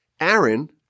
Aaron